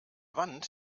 wand